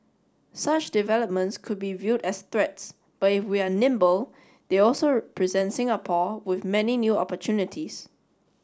such developments could be viewed as threats but if we are nimble they also present Singapore with many new opportunities